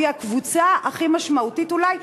והיא הקבוצה הכי משמעותית אולי,